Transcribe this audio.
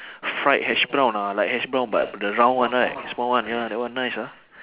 fried hash brown ah like hash brown but the round one right small one ya that one nice ah